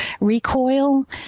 recoil